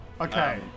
Okay